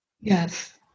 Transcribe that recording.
Yes